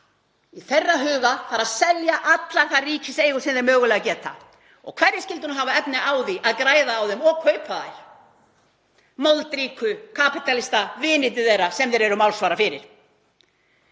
úr þenslu að selja allar ríkiseigur sem þeir mögulega geta. Og hverjir skyldu nú hafa efni á því að græða á því að kaupa þær? Moldríku kapítalistavinirnir þeirra sem þeir eru málsvarar fyrir.